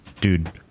dude